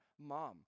mom